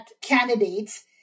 candidates